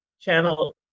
Channel